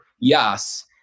yes